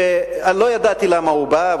שלא ידעתי למה הוא בא,